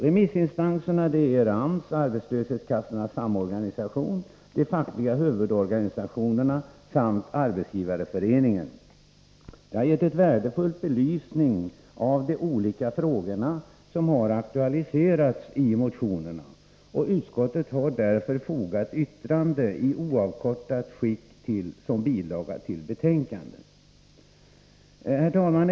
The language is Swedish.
Remissinstanserna är AMS, Arbetslöshetskassornas samorganisation, de fackliga huvudorganisationerna samt Arbetsgivareföreningen. De har gett värdefull belysning av de olika frågor som har aktualiserats i motionerna. Utskottet har därför fogat yttrandena i oavkortat skick som bilaga till betänkandet. Herr talman!